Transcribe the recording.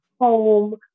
home